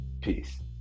peace